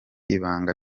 ibanga